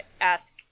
ask